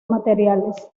materiales